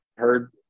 Heard